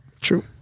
True